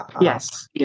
Yes